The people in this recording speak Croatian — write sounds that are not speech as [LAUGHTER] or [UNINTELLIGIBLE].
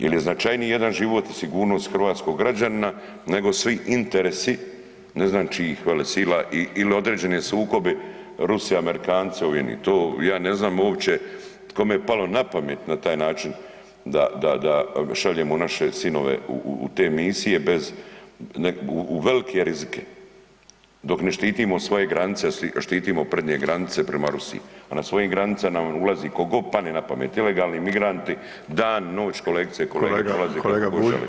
Je li značajniji jedan život i sigurnost hrvatskog građanina nego svi interesi ne znam čijih velesila ili određene sukobe, Rusija, Amerikanci, ... [UNINTELLIGIBLE] to ja ne znam uopće kome je palo na pamet na taj način da šaljemo naše sinove u te misije, u velike rizike dok ne štitimo svoje granice, da štitimo prednje granice prema Rusiji a na svojim granicama nam ulazi tko god padne na pamet, ilegalni migranti, dan-noć, kolegice i kolege [[Upadica Ostojić: Kolega Bulj, hvala vam lijepa.]] i ugrožavali su ljude.